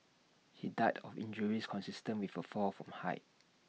he died of injuries consistent with A fall from height